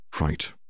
Right